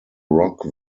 rock